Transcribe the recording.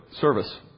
service